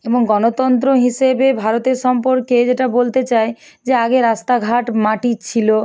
এবং গণতন্ত্র হিসেবে ভারতের সম্পর্কে যেটা বলতে চাই যে আগে রাস্তাঘাট মাটির ছিল